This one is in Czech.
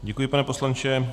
Děkuji, pane poslanče.